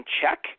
check